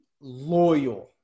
loyal